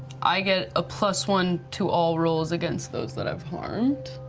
i get a plus one to all rolls against those that i've harmed.